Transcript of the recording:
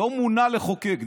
לא מונה לחוקק.